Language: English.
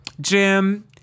Jim